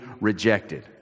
rejected